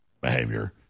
behavior